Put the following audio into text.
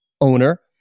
owner